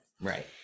Right